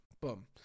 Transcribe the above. boom